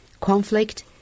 conflict